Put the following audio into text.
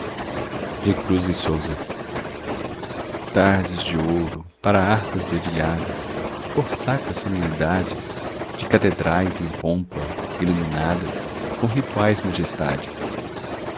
e tristes apesar de santa tardes de ouro para harpas dedilhadas por sacras solenidades de catedrais em pompa iluminadas com rituais majestades